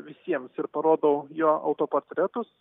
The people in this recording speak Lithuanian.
visiems ir parodau jo autoportretus